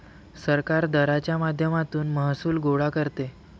सरकार दराच्या माध्यमातून महसूल गोळा करते